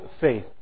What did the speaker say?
faith